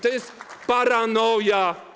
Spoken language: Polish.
To jest paranoja.